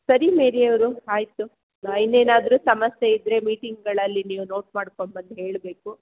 ಸರಿ ಮೇರಿಯವ್ರೇ ಆಯ್ತು ಇನ್ನೇನಾದರು ಸಮಸ್ಯೆ ಇದ್ರೆ ಮೀಟಿಂಗ್ಗಳಲ್ಲಿ ನೀವು ನೋಟ್ ಮಾಡ್ಕೊಂಡ್ಬಂದು ಹೇಳಬೇಕು